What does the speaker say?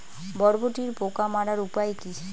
বরবটির পোকা মারার উপায় কি?